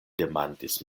demandis